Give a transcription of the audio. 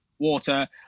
water